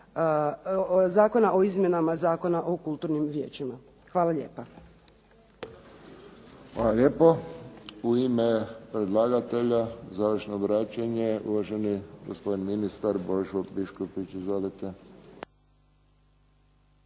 Zakona o izmjenama Zakona o kulturnim vijećima. Hvala lijepa. **Friščić, Josip (HSS)** Hvala lijepo. U ime predlagatelja, završno obraćanje uvaženi gospodin ministar Božo Biškupić. Izvolite.